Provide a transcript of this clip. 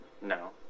no